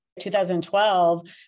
2012